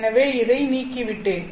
எனவே இதை நீக்கிவிட்டேன்